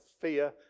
fear